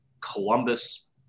Columbus